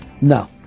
No